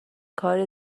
کار